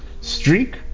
Streak